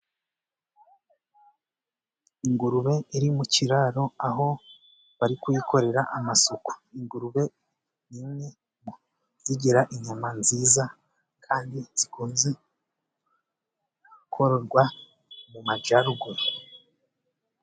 Ingurube iri mu kiraro, aho bari kuyikorera amasuku. Iyi ngurube ni imwe mu zigira inyama nziza, kandi zikunze kororwa mu majyaruguru.